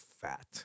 fat